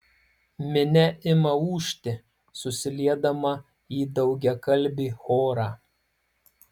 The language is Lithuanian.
minia ima ūžti susiliedama į daugiakalbį chorą